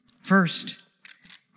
First